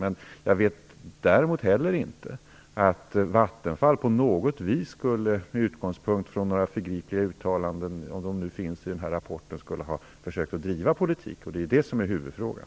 Men jag vet heller inte att Vattenfall på något vis med utgångspunkt från några förgripliga uttalanden, om de nu finns i rapporten, skulle ha försökt att driva politik, och det är ju det som är huvudfrågan.